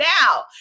now